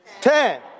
Ten